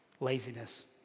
Laziness